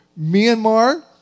Myanmar